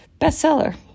Bestseller